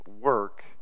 work